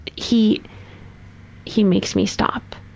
he he makes me stop,